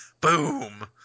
Boom